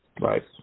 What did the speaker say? Right